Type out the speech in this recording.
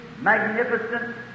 magnificent